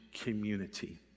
community